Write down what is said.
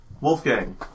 Wolfgang